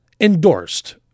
endorsed